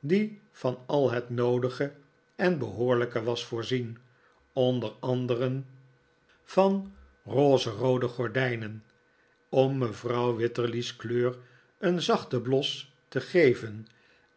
die van al het noodige en behoorlijke was voorzien onder anderen van rozeroode gordijnen om mevrouw wititterly's kleur een zachten bios te geven